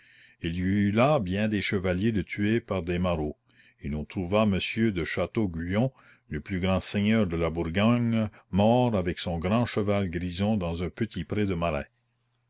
il y eut là bien des chevaliers de tués par des marauds et l'on trouva monsieur de château guyon le plus grand seigneur de la bourgogne mort avec son grand cheval grison dans un petit pré de marais